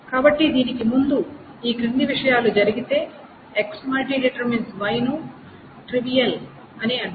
కాబట్టి దీనికి ముందు ఈ క్రింది విషయాలు జరిగితే X ↠Y ను ట్రివియల్ అని అంటారు